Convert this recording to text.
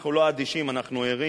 אנחנו לא אדישים, אנחנו ערים.